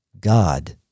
God